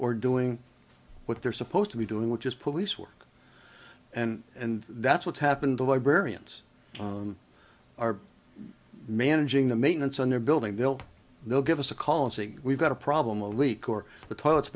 or doing what they're supposed to be doing which is police work and and that's what's happened the librarians are managing the maintenance on their building built they'll give us a call and saying we've got a problem a leak or the toilets